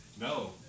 No